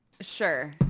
Sure